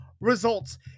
results